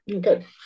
Good